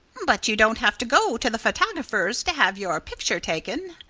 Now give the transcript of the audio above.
but you don't have to go to the photographer's to have your picture taken,